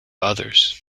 others